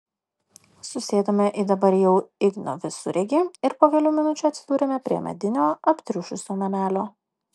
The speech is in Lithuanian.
susėdome į dabar jau igno visureigį ir po kelių minučių atsidūrėme prie medinio aptriušusio namelio